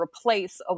replace